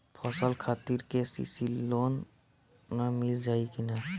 फसल खातिर के.सी.सी लोना मील जाई किना?